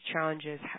challenges